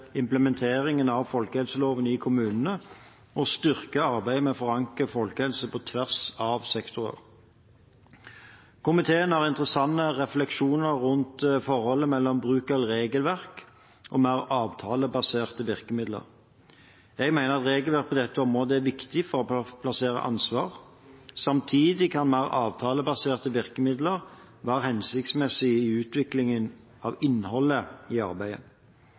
implementeringen av folkehelseloven i kommunene og styrke arbeidet med å forankre folkehelse på tvers av sektorer. Komiteen har interessante refleksjoner rundt forholdet mellom bruk av regelverk og mer avtalebaserte virkemidler. Jeg mener regelverk på dette området er viktig for å plassere ansvar, samtidig kan mer avtalebaserte virkemidler være hensiktsmessige i utviklingen av innholdet i arbeidet.